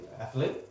athlete